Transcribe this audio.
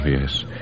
yes